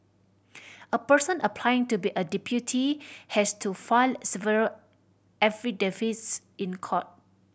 a person applying to be a deputy has to file several affidavits in court